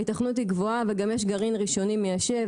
ההיתכנות היא גבוהה וגם יש גרעין ראשוני מיישב.